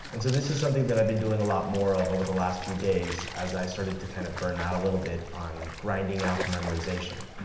and so this is something that i've been doing a lot more of over the last few days, as i started to kind of burn out a little bit on grinding out the memorization